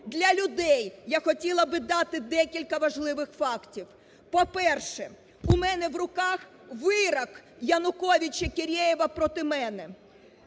для людей я хотіла би дати декілька важливих фактів. По-перше, у мене в руках вирок Януковича-Кірєєва проти мене.